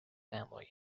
family